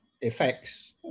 effects